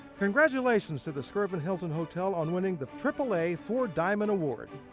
congratulations to the skirvin hilton hotel on winning the triple a four diamond award.